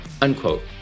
unquote